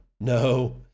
no